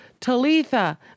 Talitha